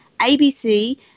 abc